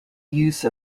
use